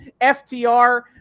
ftr